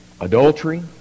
Adultery